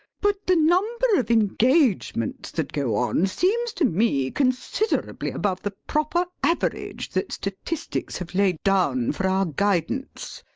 but the number of engagements that go on seems to me considerably above the proper average that statistics have laid down for our guidance.